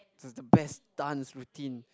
so is the best dance routine